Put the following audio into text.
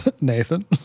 Nathan